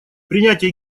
принятие